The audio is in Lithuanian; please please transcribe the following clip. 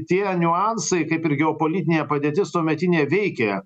tie niuansai kaip ir geopolitinė padėtis tuometinė veikė